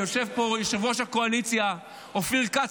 יושב פה יושב-ראש הקואליציה אופיר כץ,